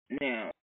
Now